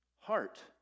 heart